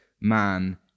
man